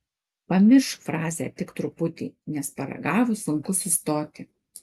pamiršk frazę tik truputį nes paragavus sunku sustoti